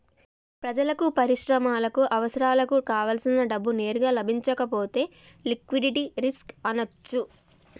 ప్రజలకు, పరిశ్రమలకు అవసరాలకు కావల్సినంత డబ్బు నేరుగా లభించకపోతే లిక్విడిటీ రిస్క్ అనొచ్చు